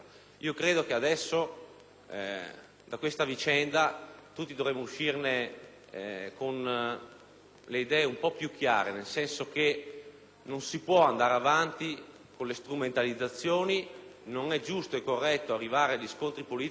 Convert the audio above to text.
da questa vicenda con le idee un po' più chiare, nel senso che non si può andare avanti con le strumentalizzazioni; non è giusto né corretto arrivare agli scontri politici quando si parla di queste cose.